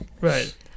Right